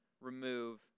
remove